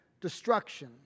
destruction